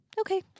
Okay